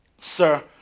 Sir